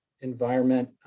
environment